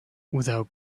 without